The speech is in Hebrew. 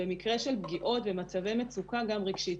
במקרים של פגיעות ומצבי מצוקה, גם רגשית.